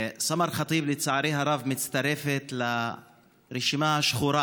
מצטרפת לרשימה השחורה